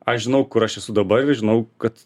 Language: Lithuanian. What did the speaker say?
aš žinau kur aš esu dabar ir žinau kad